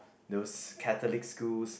those Catholic schools